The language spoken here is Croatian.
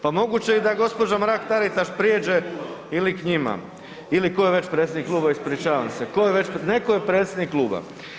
Pa moguće je da i gđa. Mrak-Taritaš prijeđe ili k njima ili ko je već predsjednik kluba, ispričavam se, ko je već, neko je predsjednik kluba.